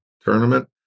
tournament